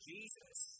Jesus